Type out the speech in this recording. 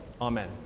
Amen